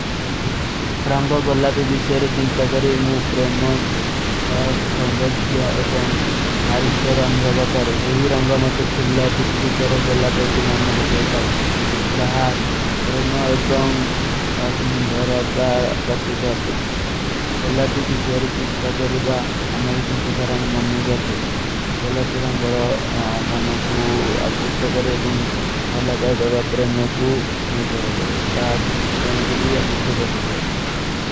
ରଂଗ ଗଲ୍ଲାପୀ ଵିଶେର ଚିଂତା କରେ, ମୁଝେ ପ୍ରେମା, ସଂଦର୍ଜିଯା ଏବଂ ନାରିତ୍ଵର ଅନ୍ଭଵା କରେ। ଏହୀ ରଂଗ ମତେ ଫୁର୍ଲା ଵିଶେର ତର ଗଲ୍ଲାପା କୋ ମନନେ ବଖେ ହୀ ଥାଈ। ଜହାଁ ପ୍ରେମା ଏବଂ ଅସୁନ୍ଧରତାର ପର୍ତିକର୍ଟେ। ରଂଗ ଗଲ୍ଲାପୀ ଵିଶେର ଚିଂତା କରେ, ମୁଝେ ପ୍ରେମା, ସଂଦର୍ଜିଯା ଏବଂ ନାରିତ୍ଵର ଅନ୍ଭଵା କରେ।